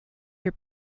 your